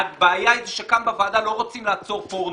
הבעיה היא שכאן בוועדה לא רוצים לעצור פורנו.